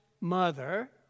mother